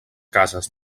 cases